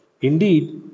Indeed